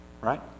Right